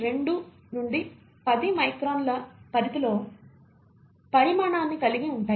2 నుండి 10 మైక్రాన్ల పరిధిలో పరిమాణాన్ని కలిగి ఉంటాయి